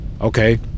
Okay